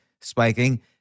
spiking